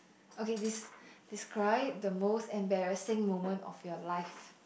okay this describe the most embarrassing moment of your life